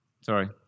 Sorry